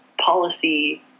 policy